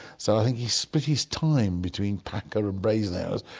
so i think he split his time between packer and brasenose,